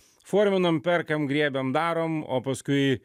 forminam perkam griebiam darom o paskui